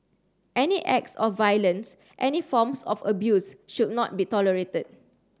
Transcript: any acts of violence any forms of abuse should not be tolerated